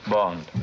Bond